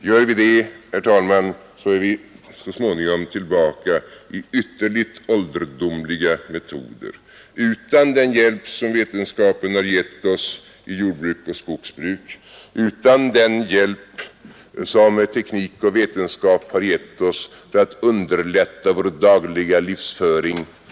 Gör vi det, herr talman, kommer vi så småningom att ha gått tillbaka till ytterligt ålderdomliga metoder och stå utan den hjälp teknik och vetenskap givit oss i jordbruk och skogsbruk, för att underlätta vår dagliga livsföring osv.